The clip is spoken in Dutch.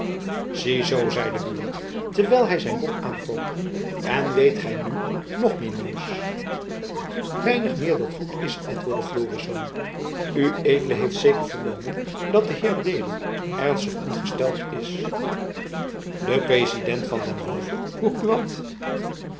zie zoo zeide buat terwijl hy zijn rok aantrok en weet gy nu nog meer nieuws einig meer dat goed is antwoordde florisz ued heeft zeker vernomen dat de heer dedel ernstig ongesteld is de president van den hove vroeg